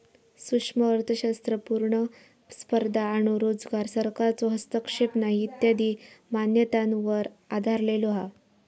सूक्ष्म अर्थशास्त्र पुर्ण स्पर्धा आणो रोजगार, सरकारचो हस्तक्षेप नाही इत्यादी मान्यतांवर आधरलेलो हा